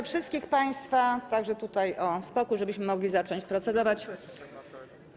wszystkich państwa - także tutaj - o spokój, żebyśmy mogli zacząć procedować.